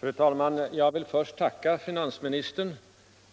Fru talman! Jag vill först tacka finansministern